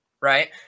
right